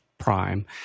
prime